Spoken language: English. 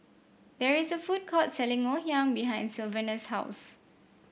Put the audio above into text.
there is a food court selling Ngoh Hiang behind Sylvanus' house